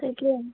তাকে